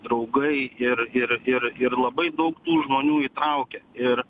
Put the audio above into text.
draugai ir ir ir ir labai daug tų žmonių įtraukia ir